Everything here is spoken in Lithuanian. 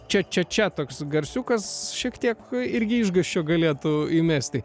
čia čia čia toks garsiukas šiek tiek irgi išgąsčio galėtų įmesti